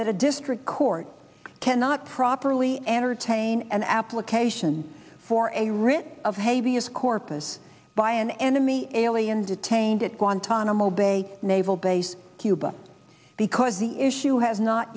that a district court cannot properly entertain an application for a writ of habeas corpus by an enemy alien detained at guantanamo bay naval base cuba because the issue has not